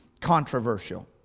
controversial